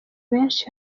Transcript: benshi